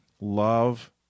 love